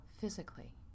physically